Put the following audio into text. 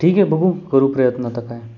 ठीक आहे बघू करू प्रयत्न आता काय